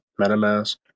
MetaMask